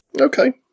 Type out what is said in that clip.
Okay